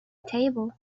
table